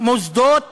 מוסדות